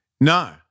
No